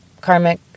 karmic